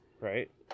Right